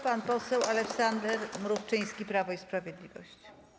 Pan poseł Aleksander Mrówczyński, Prawo i Sprawiedliwość.